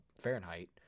Fahrenheit